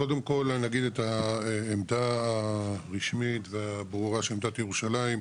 קודם כל נגיד את העמדה הרשמית והברורה של עיריית ירושלים,